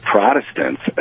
Protestants